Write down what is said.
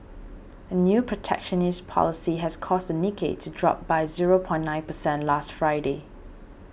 a new protectionist policy has caused the Nikkei to drop by zero point nine percent last Friday